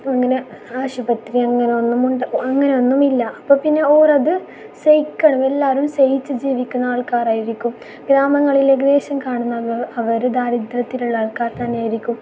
അങ്ങനെ ആശുപത്രി അങ്ങനെ ഒന്നും ഉണ്ടാ അങ്ങനെയൊന്നുമില്ല അപ്പോൾ പിന്നെ ഓരത് സഹിക്കണം എല്ലാവരും സഹിച്ച് ജീവിക്കുന്ന ആൾക്കാരായിരിക്കും ഗ്രാമങ്ങളിൽ ഏകദേശം കാണുന്ന അവർ ദാരിദ്ര്യത്തിലുള്ള ആൾക്കാർ തന്നെയായിരിക്കും